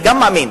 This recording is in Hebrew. גם אני מאמין.